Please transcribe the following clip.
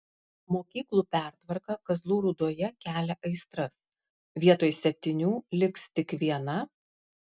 mokyklų pertvarka kazlų rūdoje kelia aistras vietoj septynių liks tik viena